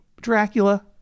Dracula